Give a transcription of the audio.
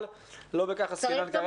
אבל לא בכך עסקינן כרגע.